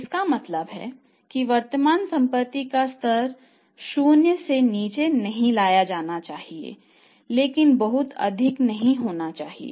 इसका मतलब है कि वर्तमान संपत्ति का स्तर 0 से नीचे नहीं लाया जाना चाहिए लेकिन बहुत अधिक नहीं होना चाहिए